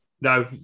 No